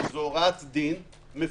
כי זו הוראת דין מפורשת